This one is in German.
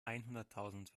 einhunderttausend